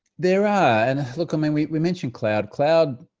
there are. and look, i mean, we mentioned cloud. cloud,